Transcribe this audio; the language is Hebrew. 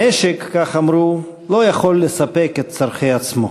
המשק, כך אמרו, לא יכול לספק את צורכי עצמו.